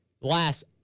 last